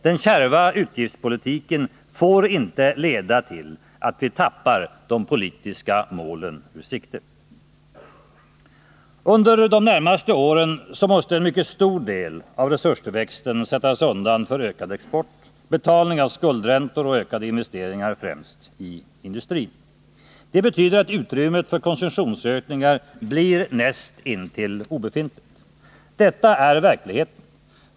Den kärva utgiftspolitiken får inte leda till att vi tappar de politiska målen ur sikte. Under de närmaste åren måste en mycket stor del av resurstillväxten sättas undan för ökad export, betalning av skuldräntor och ökade investeringar, främst i industrin. Det betyder att utrymmet för konsumtionsökningar blir näst intill obefintligt. Detta är verkligheten.